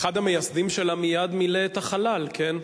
אחד המייסדים שלה מייד מילא את החלל, כן.